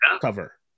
cover